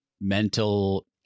mental